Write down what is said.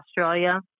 Australia